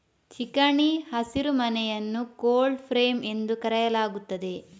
ಚಿಕಣಿ ಹಸಿರುಮನೆಯನ್ನು cold frame ಎಂದು ಕರೆಯಲಾಗುತ್ತದೆ